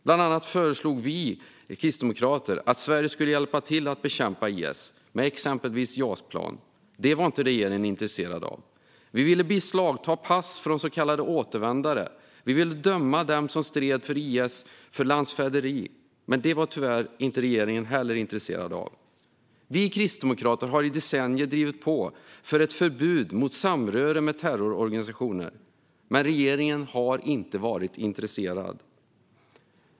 Bland annat föreslog vi kristdemokrater att Sverige skulle hjälpa till att bekämpa IS med exempelvis JAS-plan. Det var regeringen inte intresserad av. Vi ville beslagta pass från så kallade återvändare, och vi ville döma dem som stred för IS för landsförräderi. Tyvärr var regeringen inte intresserad av det heller. Vi kristdemokrater har i decennier drivit på för ett förbud mot samröre med terrororganisationer, men regeringen har inte varit intresserad.